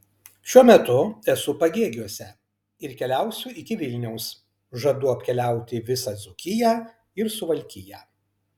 šiuo metu esu pagėgiuose ir keliausiu iki vilniaus žadu apkeliauti visą dzūkiją ir suvalkiją